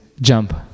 jump